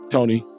Tony